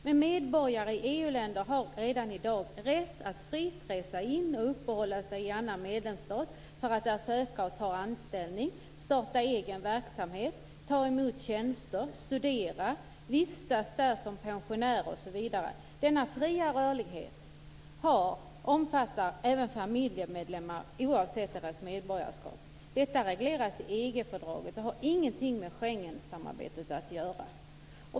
Men medborgare i EU-länder har redan i dag rätt att fritt resa in och uppehålla sig i annan medlemsstat för att där söka och ta anställning, starta egen verksamhet, ta emot tjänster, studera, vistas där som pensionär osv. Denna fria rörlighet omfattar även familjemedlemmar - oavsett medborgarskap. Detta regleras i EG-fördraget och har ingenting med Schengensamarbetet att göra.